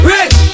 Rich